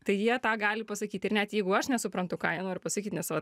tai jie tą gali pasakyt ir net jeigu aš nesuprantu ką jie nori pasakyt nes